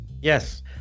Yes